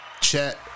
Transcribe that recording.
Chet